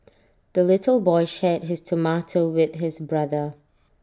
the little boy shared his tomato with his brother